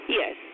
yes